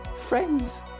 friends